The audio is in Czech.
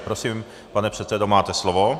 Prosím, pane předsedo, máte slovo.